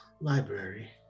library